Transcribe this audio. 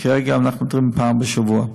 וכרגע אנחנו מדברים על פעם בשבוע.